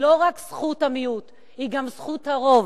היא לא רק זכות המיעוט, היא גם זכות הרוב.